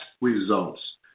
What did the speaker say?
results